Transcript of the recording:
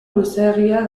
luzeegia